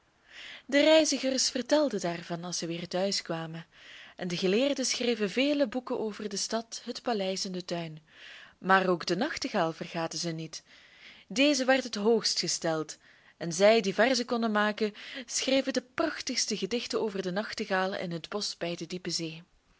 de reizigers vertelden daarvan als zij weer thuis kwamen en de geleerden schreven vele boeken over de stad het paleis en den tuin maar ook den nachtegaal vergaten zij niet deze werd het hoogst gesteld en zij die verzen konden maken schreven de prachtigste gedichten over den nachtegaal in het bosch bij de diepe zee